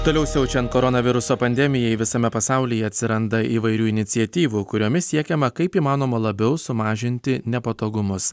toliau siaučiant koronaviruso pandemijai visame pasaulyje atsiranda įvairių iniciatyvų kuriomis siekiama kaip įmanoma labiau sumažinti nepatogumus